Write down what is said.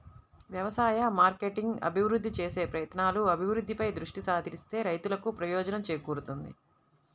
వ్యవసాయ మార్కెటింగ్ అభివృద్ధి చేసే ప్రయత్నాలు, అభివృద్ధిపై దృష్టి సారిస్తే రైతులకు ప్రయోజనం చేకూరుతుంది